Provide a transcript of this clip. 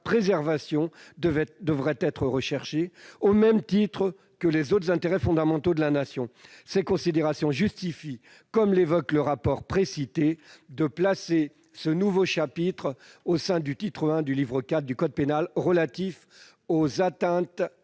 préservation devait être recherchée « au même titre que les autres intérêts fondamentaux de la Nation ». Ces considérations justifient de placer, comme l'évoque le rapport précité, ce nouveau chapitre au sein du titre I du livre IV du code pénal relatif aux atteintes